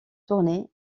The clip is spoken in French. tournées